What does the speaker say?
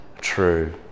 true